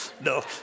No